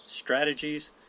strategies